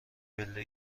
پله